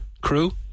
crew